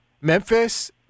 Memphis